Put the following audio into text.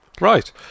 Right